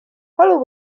palu